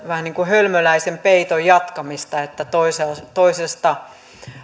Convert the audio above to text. vähän niin kuin hölmöläisen peiton jatkamista että toisesta